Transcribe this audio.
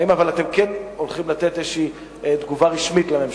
אבל האם אתם כן הולכים לתת איזו תגובה רשמית לממשלה?